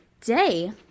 day